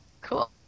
Cool